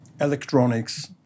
Electronics